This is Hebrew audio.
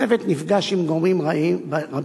הצוות נפגש עם גורמים רבים,